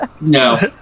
No